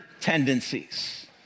tendencies